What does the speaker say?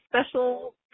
special